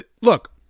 Look